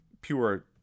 pure